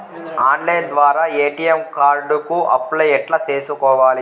Online ద్వారా ATM card కు apply ఎట్లా సేసుకోవాలి?